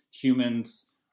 humans